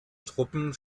truppen